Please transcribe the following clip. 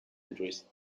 entries